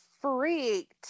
freaked